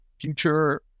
future